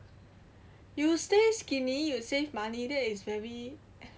you stay skinny you save money that is very